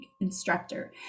instructor